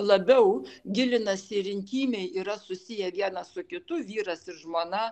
labiau gilinasi ir intymiai yra susiję vienas su kitu vyras ir žmona